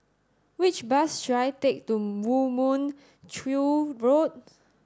which bus should I take to Moo Mon Chew Roads